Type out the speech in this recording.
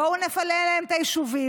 בואו נפנה להם את היישובים.